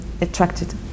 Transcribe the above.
attracted